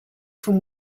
from